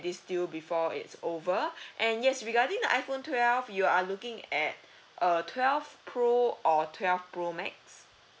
this deal before it's over and yes regarding the iPhone twelve you are looking at uh twelve pro or twelve twelve pro max